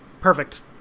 Perfect